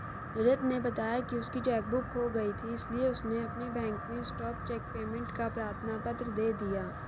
रजत ने बताया की उसकी चेक बुक खो गयी थी इसीलिए उसने अपने बैंक में स्टॉप चेक पेमेंट का प्रार्थना पत्र दे दिया